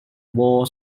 wall